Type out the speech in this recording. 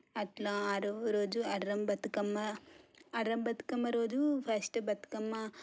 అట్లా ఆరొవ రోజు అర్రం బతుకమ్మ అర్రం బతుకమ్మ రోజు ఫస్ట్ బతుకమ్మ